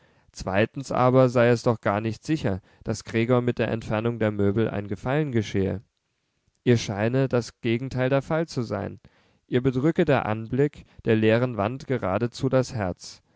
zweitens aber sei es doch gar nicht sicher daß gregor mit der entfernung der möbel ein gefallen geschehe ihr scheine das gegenteil der fall zu sein ihr bedrücke der anblick der leeren wand geradezu das herz